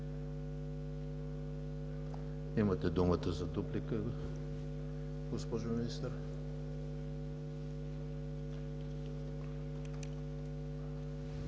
Имате думата за дуплика, госпожо Министър.